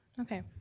Okay